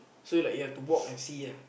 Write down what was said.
so like you have to walk and see ah